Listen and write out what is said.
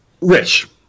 Rich